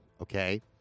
okay